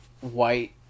white